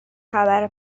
خبر